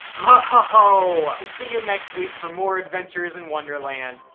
ah ho-ho-hooo. we'll see you next week for more adventures in wonderland.